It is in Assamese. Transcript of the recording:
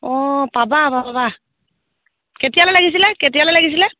অঁ পাবা পাবা কেতিয়ালৈ লাগিছিলে কেতিয়ালৈ লাগিছিলে